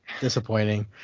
disappointing